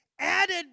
added